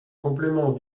complément